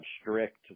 strict